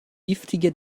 giftige